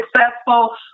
successful